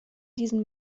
diesen